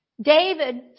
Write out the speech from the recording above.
David